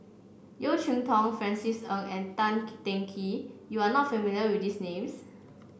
Yeo Cheow Tong Francis Ng and Tank Teng Kee you are not familiar with these names